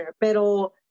pero